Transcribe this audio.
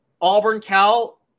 Auburn-Cal